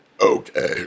Okay